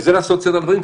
וזה לעשות סדר דברים,